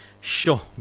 Sure